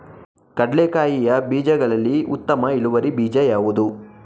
ಕಡ್ಲೆಕಾಯಿಯ ಬೀಜಗಳಲ್ಲಿ ಉತ್ತಮ ಇಳುವರಿ ಬೀಜ ಯಾವುದು?